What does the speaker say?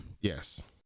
Yes